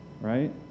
Right